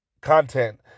content